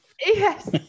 Yes